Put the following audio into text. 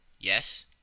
Yes